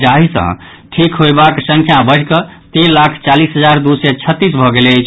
जाहि सँ स्वस्थ होयबाक संख्या बढ़ि कऽ तीन लाख चालीस हजार दू सय छत्तीस भऽ गेल अछि